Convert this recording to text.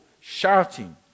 shouting